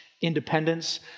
independence